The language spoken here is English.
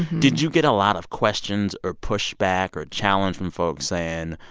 did you get a lot of questions, or pushback or challenge from folks saying,